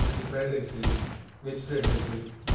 அஞ்சு fried rice veg fried rice